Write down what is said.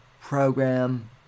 program